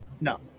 no